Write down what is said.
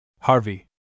Harvey